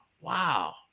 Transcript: wow